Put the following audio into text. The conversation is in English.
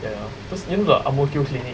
ya lah because you know the ang mo kio clinic